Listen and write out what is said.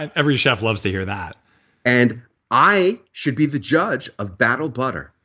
and every chef loves to hear that and i should be the judge of battle butter.